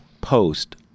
post